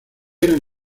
eran